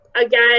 Again